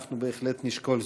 אנחנו בהחלט נשקול זאת.